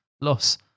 loss